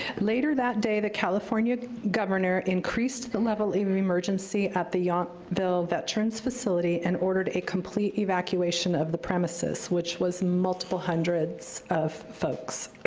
later that day, the california governor increased the level of emergency at the yountville veterans' facility and ordered a complete evacuation of the premises. which was multiple hundreds of folks.